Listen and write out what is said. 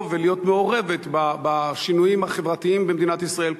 ולהיות מעורבת בשינויים החברתיים במדינת ישראל,